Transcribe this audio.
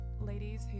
ladies